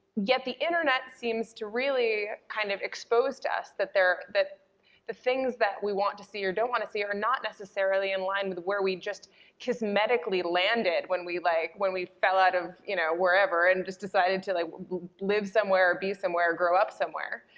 yet the internet seems to really kind of expose to us that the things that we want to see or don't want to see are not necessarily in line with where we just kismetically landed when we, like, when we fell out of, you know, wherever and just decided to like live somewhere, be somewhere, grow up somewhere.